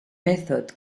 method